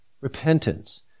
Repentance